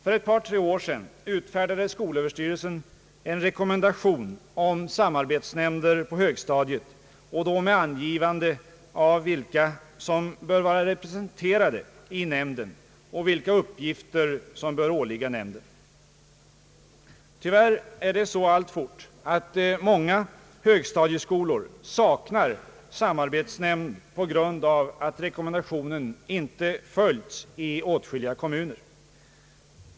För ett par tre år sedan utfärdade skolöverstyrelsen en rekommendation om samarbetsnämnder på högstadiet och då med angivande av vilka som bör vara representerade i nämnden och vilka uppgifter som bör åligga den. Tyvärr är det så alltfort att många högstadieskolor saknar samarbetsnämnd på grund av att rekommendationen inte följts i åtskilliga kommuner.